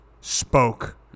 spoke